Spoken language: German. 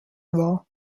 war